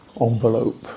envelope